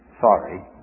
sorry